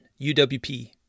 UWP